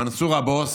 מנסור הבוס,